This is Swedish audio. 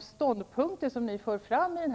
ståndpunkter ni för fram i denna debatt